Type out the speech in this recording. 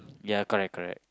ya correct correct